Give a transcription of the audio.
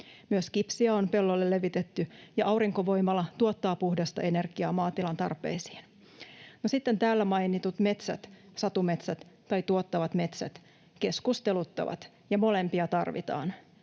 Myös kipsi on pellolle levitetty, ja aurinkovoimala tuottaa puhdasta energiaa maatilan tarpeisiin. No sitten täällä mainitut metsät, satumetsät tai tuottavat metsät, keskusteluttavat, ja molempia tarvitaan.